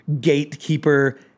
gatekeeper